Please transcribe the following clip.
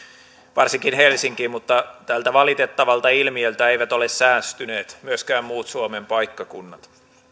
varsinkin helsinkiin mutta tältä valitettavalta ilmiöltä eivät ole säästyneet myöskään muut suomen paikkakunnat